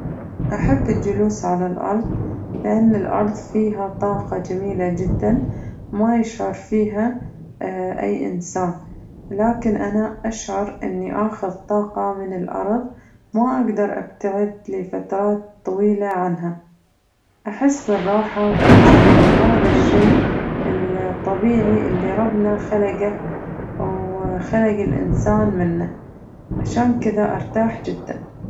أحب الجلوس على الأرض لأن الأرض فيها طاقة جميلة جداً ما يشعر فيها أي إنسان لكن أنا أشعر إني آخذ طاقة من الأرض ما أقدر أبتعد لفترات طويلة عنها أحس بالراحة وأحس إنو هذا الشي الطبيعي اللي ربنا خلقه وخلق الإنسان منه عشان كذة أرتاح جداً.